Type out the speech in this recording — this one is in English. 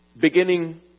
beginning